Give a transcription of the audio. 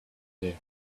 here